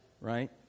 right